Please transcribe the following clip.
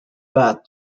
bad